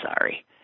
sorry